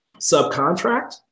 subcontract